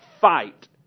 fight